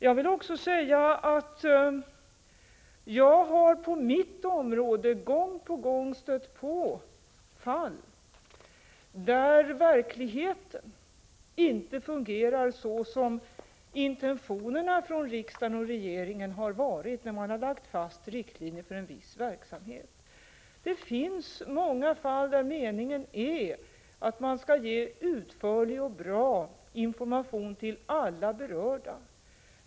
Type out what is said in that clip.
Jag vill säga att jag på mitt område gång på gång har stött på fall där verkligheten inte fungerat enligt de riktlinjer som riksdag och regering lagt fast för en viss verksamhet. Det finns många fall där meningen är att man skall ge utförlig och bra information till alla berörda.